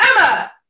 emma